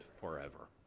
forever